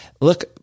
look